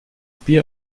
bier